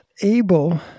able